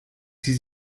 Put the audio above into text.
sie